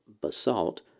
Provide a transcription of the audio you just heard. basalt